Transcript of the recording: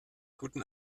guten